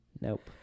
nope